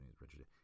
Richard